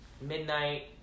midnight